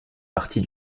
partie